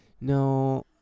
no